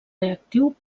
reactiu